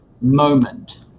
moment